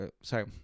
sorry